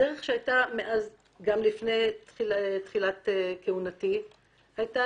הדרך שהייתה גם לפני תחילת כהונתי הייתה